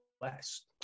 West